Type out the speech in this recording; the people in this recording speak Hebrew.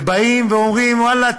ובאים ואומרים: ואללה,